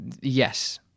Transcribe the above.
yes